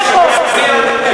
נא לסכם.